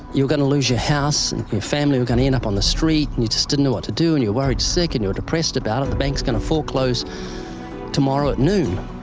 you're going to lose your house and your family are going to end up on the street, and you just didn't know what to do, and you're worried sick, and you're depressed about it. the bank's going to foreclose tomorrow at noon.